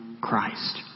Christ